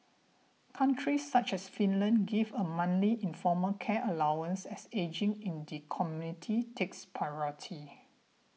countries such as Finland give a monthly informal care allowance as ageing in the community takes priority